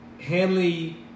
Hanley